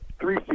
three